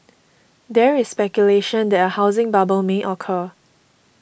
there is speculation that a housing bubble may occur